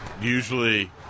Usually